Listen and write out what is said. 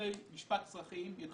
שבתי משפט אזרחיים ידונו בזה.